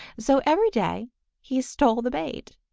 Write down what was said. so every day he stole the bait,